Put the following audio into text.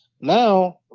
Now